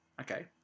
Okay